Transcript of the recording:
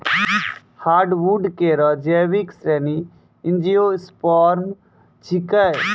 hardwood केरो जैविक श्रेणी एंजियोस्पर्म छिकै